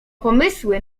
pomysły